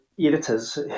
Editors